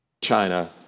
China